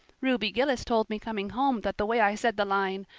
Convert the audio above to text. ruby gillis told me coming home that the way i said the line,